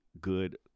good